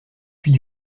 puis